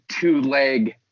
two-leg